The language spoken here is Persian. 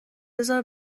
بزار